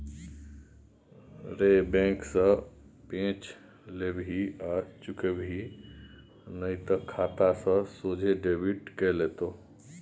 रे बैंक सँ पैंच लेबिही आ चुकेबिही नहि तए खाता सँ सोझे डेबिट कए लेतौ